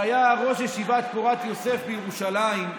שהיה ראש ישיבת פורת יוסף בירושלים.